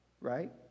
Right